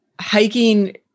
hiking